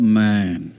man